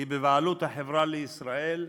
היא בבעלות "החברה לישראל"